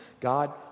God